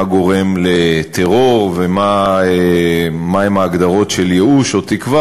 גורם לטרור ומה הן ההגדרות של ייאוש או תקווה,